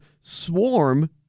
swarm